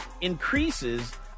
increases